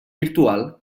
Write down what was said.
virtual